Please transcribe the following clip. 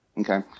okay